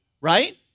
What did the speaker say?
right